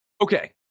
Okay